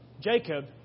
Jacob